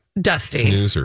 Dusty